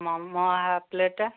momo half ପ୍ଲେଟ୍ଟା